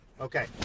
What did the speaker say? Okay